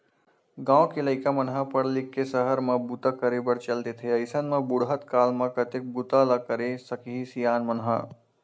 गाँव के लइका मन ह पड़ लिख के सहर म बूता करे बर चल देथे अइसन म बुड़हत काल म कतेक बूता ल करे सकही सियान मन ह